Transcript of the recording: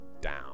down